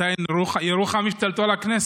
מירוחם השתלטו על הכנסת.